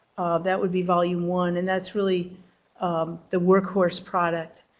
that would be volume one and that's really um the workhorse product.